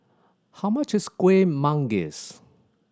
how much is Kuih Manggis